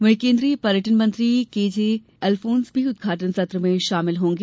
वहीं केन्द्रीय पर्यटन मंत्री केजे अलफोन्स भी उदघाटन सत्र में शामिल होंगे